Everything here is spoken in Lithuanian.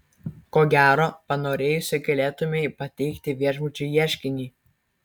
ko gero panorėjusi galėtumei pateikti viešbučiui ieškinį